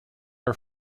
are